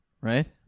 Right